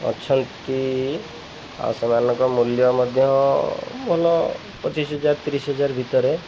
ଅଛନ୍ତି ଆଉ ସେମାନଙ୍କ ମୂଲ୍ୟ ମଧ୍ୟ ଭଲ ପଚିଶି ହଜାର ତିରିଶି ହଜାର ଭିତରେ